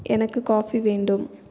எனக்கு காஃபி வேண்டும்